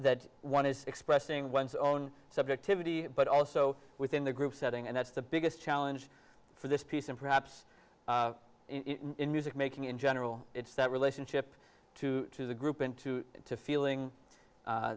that one is expressing one's own subjectivity but also within the group setting and that's the biggest challenge for this piece and perhaps in music making in general it's that relationship to the group into the feeling